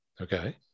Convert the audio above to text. Okay